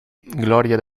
gloria